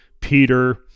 Peter